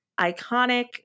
iconic